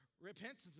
Repentance